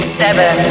seven